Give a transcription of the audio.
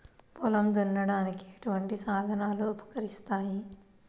పొలం దున్నడానికి ఎటువంటి సాధనాలు ఉపకరిస్తాయి?